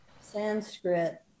Sanskrit